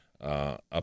Up